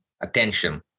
attention